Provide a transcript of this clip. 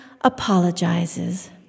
apologizes